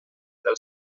del